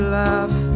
laugh